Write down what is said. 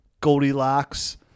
Goldilocks